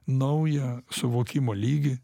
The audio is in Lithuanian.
naują suvokimo lygį